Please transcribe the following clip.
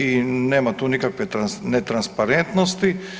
I nema tu nikakve netransparentnosti.